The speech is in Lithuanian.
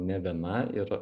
ne viena ir